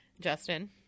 Justin